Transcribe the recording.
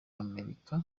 amerika